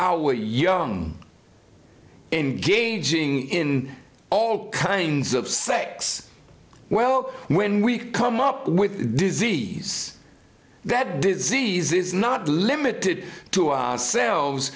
our young engaging in all kinds of sex well when we come up with disease that disease is not limited to ourselves